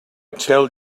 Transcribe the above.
tell